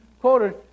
quoted